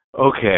okay